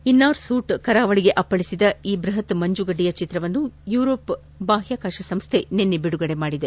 Innaarsuit ಕರಾವಳಿಗೆ ಅಪ್ಪಳಿಸಿದ ಈ ಬೃಹತ್ ಮಂಜುಗಡ್ಡೆಯ ಚಿತ್ರವನ್ನು ಯೂರೋಪ ಬಾಹ್ಯಾಕಾಶ ಸಂಸ್ಥೆ ನಿನ್ನೆ ಬಿಡುಗಡೆ ಮಾಡಿದೆ